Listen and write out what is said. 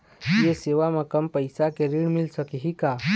ये सेवा म कम पैसा के ऋण मिल सकही का?